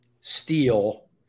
steel